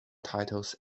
titles